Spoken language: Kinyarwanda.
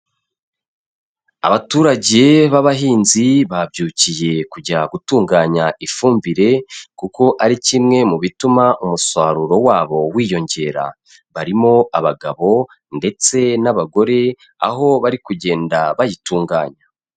Abaturage b'abahinzi babyukiye kujya gutunganya ifumbire kuko ari kimwe mu bituma umusaruro wabo wiyongera, barimo abagabo ndetse n'abagore aho bari kugenda bayitunganya.